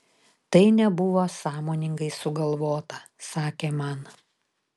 tai nebuvo sąmoningai sugalvota sakė man